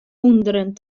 ûnderen